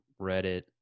reddit